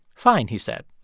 fine, he said.